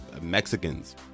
mexicans